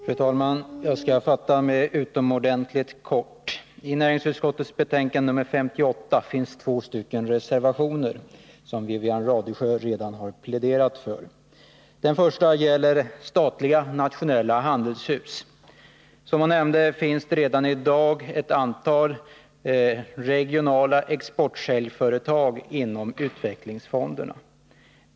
Fru talman! Jag skall fatta mig utomordentligt kort. Till näringsutskottets betänkande nr 58 finns fogade två stycken reservationer, som Wivi-Anne Radesjö redan har pläderat för. Den första reservationen gäller statliga nationella handelshus. Som Wivi-Anne Radesjö nämnde finns redan i dag ett antal regionala exportsäljföretag inom utvecklingsfonderna.